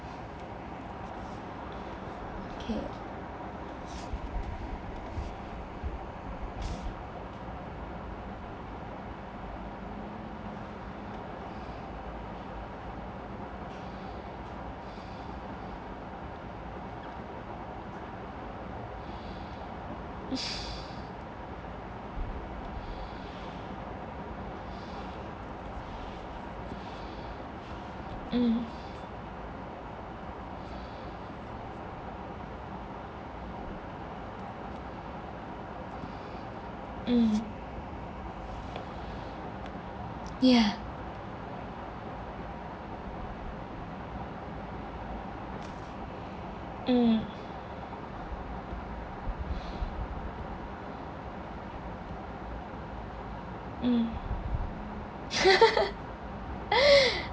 okay mm mm yeah mm mm